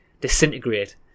disintegrate